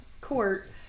Court